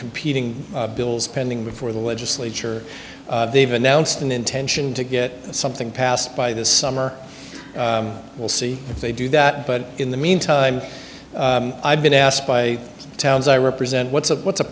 competing bills pending before the legislature they've announced an intention to get something passed by this summer we'll see if they do that but in the meantime i've been asked by towns i represent what's up what's